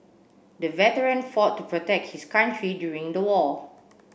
the veteran fought to protect his country during the war